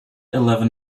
eleven